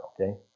okay